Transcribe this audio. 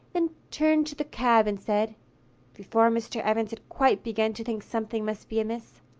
then turned to the cab and said before mr. evans had quite begun to think something must be amiss